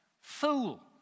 fool